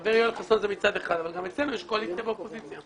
הדבר הנוסף, לגבי הסיפור של ההסכמות,